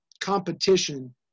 competition